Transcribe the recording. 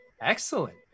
Excellent